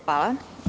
Hvala.